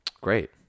great